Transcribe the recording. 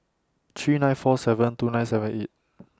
three nine four seven two nine seven eight